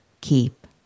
keep